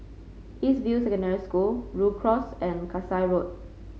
East View Secondary School Rhu Cross and Kasai Road